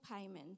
payment